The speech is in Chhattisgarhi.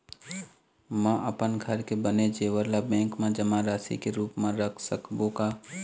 म अपन घर के बने जेवर ला बैंक म जमा राशि के रूप म रख सकबो का?